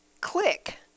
click